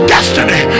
Destiny